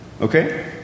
Okay